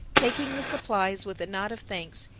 taking the supplies with a nod of thanks,